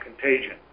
contagion